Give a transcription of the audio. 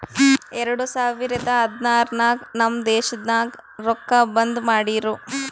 ಎರಡು ಸಾವಿರದ ಹದ್ನಾರ್ ನಾಗ್ ನಮ್ ದೇಶನಾಗ್ ರೊಕ್ಕಾ ಬಂದ್ ಮಾಡಿರೂ